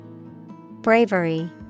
Bravery